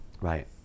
Right